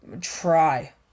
try